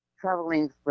Traveling